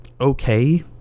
okay